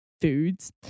foods